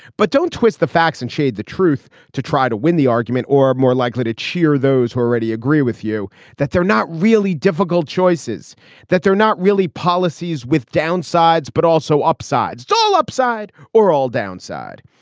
but don't twist the facts and shade the truth to try to win the argument or more likely to cheer those who already agree with you that they're not really difficult choices that they're not really policies with downsides but also upsides all upside or all downside.